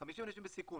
50 אנשים בסיכון,